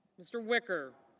mr. wicker.